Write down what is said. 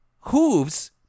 hooves